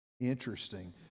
Interesting